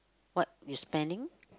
what you spending